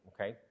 okay